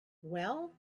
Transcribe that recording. well